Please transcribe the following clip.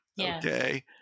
okay